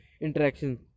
interaction